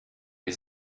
wir